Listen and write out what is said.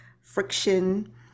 friction